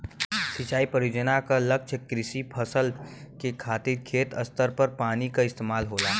सिंचाई परियोजना क लक्ष्य कृषि फसल के खातिर खेत स्तर पर पानी क इस्तेमाल होला